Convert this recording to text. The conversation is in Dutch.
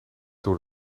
door